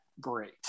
Great